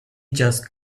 just